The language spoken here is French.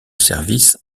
service